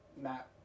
matt